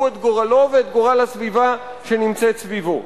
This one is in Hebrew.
את גורלו ואת גורל הסביבה שנמצאת סביבו.